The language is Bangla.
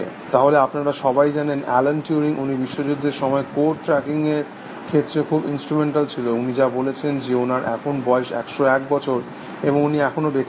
তাহলে আপনারা সবাই জানেন অল্যান টিউরিং উনি বিশ্ব যুদ্ধের সময় কোড ট্র্যাকিং এর ক্ষেত্রে খুব ইনস্ট্রুমেন্টাল ছিল উনি যা বলেছেন যে ওনার এখন বয়স একশ এক বছর এবং উনি এখনও বেঁচে আছেন